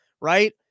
right